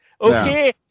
okay